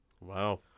Wow